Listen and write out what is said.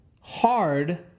hard